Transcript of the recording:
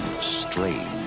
strange